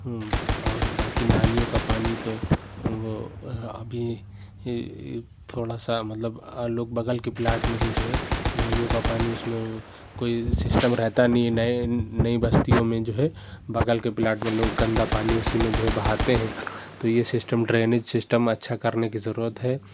اور باقی نالیوں کا پانی تو وہ ابھی تھوڑا سا مطلب لوگ بغل کے پلاٹ میں ہی تھے نالیوں کا پانی اُس میں کوئی سسٹم رہتا نہیں ہے نئے نئی بستیوں میں جو ہے بغل کے پلاٹ میں لوگ گندا پانی اُسی میں جو ہے بہاتے ہیں تو یہ سسٹم ڈرینیج سسٹم اچھا کرنے کی ضرورت ہے